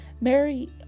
Mary